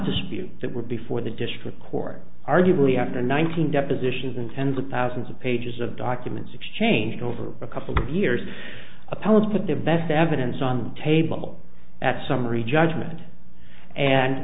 dispute that were before the district court arguably after nineteen depositions and tens of thousands of pages of documents exchanged over a couple of years appellate put their best evidence on the table at summary judgment and